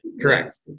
Correct